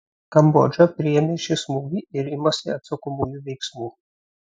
kambodža priėmė šį smūgį ir imasi atsakomųjų veiksmų